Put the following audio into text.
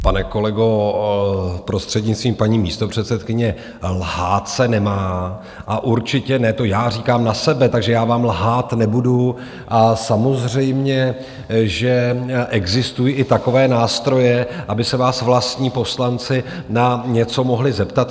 Pane kolego, prostřednictvím paní místopředsedkyně, lhát se nemá a určitě ne to já říkám na sebe, takže já vám lhát nebudu, a samozřejmě že existují i takové nástroje, aby se vás vlastní poslanci na něco mohli zeptat.